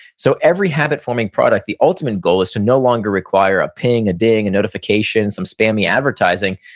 so every habit-forming product, the ultimate goal, is to no longer require a ping, a ding, a notification, some spammy advertising.